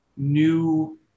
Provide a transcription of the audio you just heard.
new